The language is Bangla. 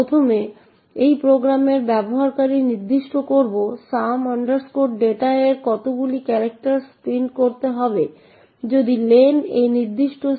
তাই এই প্রোগ্রামের উদ্দেশ্য হল আমরা প্রিন্টএফ কীভাবে কাজ করে তা ম্যানিপুলেট করতে পারি এবং তা প্রদর্শন করবো